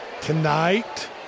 tonight